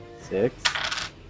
six